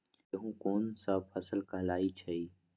गेहूँ कोन सा फसल कहलाई छई?